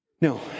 No